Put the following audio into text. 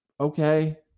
okay